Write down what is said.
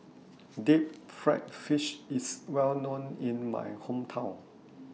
Deep Fried Fish IS Well known in My Hometown